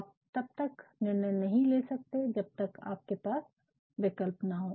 आप तब तक निर्णय नहीं ले सकते है जब तक आपके पास विकल्प न हो